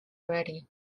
already